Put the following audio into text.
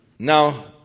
Now